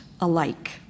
alike